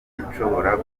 nshobora